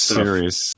serious